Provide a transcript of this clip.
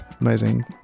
amazing